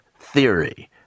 theory